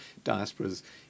diasporas